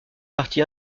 parti